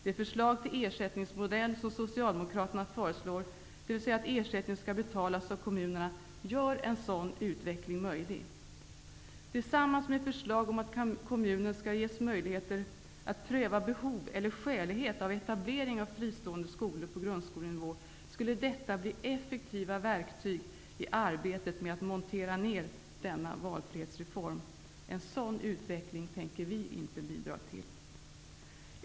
Det förslag till ersättningsmodell som Socialdemokraterna föreslår, dvs. att ersättningen skall beslutas av kommunerna, gör en sådan utveckling möjlig. Tillsammans med förslag om att kommunen skall ges möjligheter att pröva behov eller skälighet av etablering av fristående skolor på grundskolenivå skulle detta bli effektiva verktyg i arbetet med att montera ner denna valfrihetsreform. En sådan utveckling tänker vi inte bidra till.